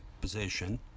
position